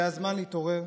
זה הזמן להתעורר.